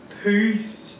Peace